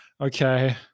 okay